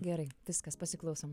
gerai viskas pasiklausom